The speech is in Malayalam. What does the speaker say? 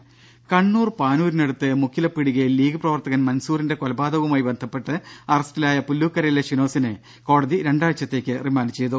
രംഭ കണ്ണൂർ പാനൂരിനടുത്ത് മുക്കിലെ പീടികയിൽ ലീഗ് പ്രവർത്തകൻ മൻസൂറിന്റെ കൊലപാതകവുമായി ബന്ധപ്പെട്ട് അറസ്റ്റിലായ പുല്ലൂക്കരയിലെ ഷിനോസിനെ കോടതി രണ്ടാഴ്ചത്തേക്ക് റിമാൻഡ് ചെയ്തു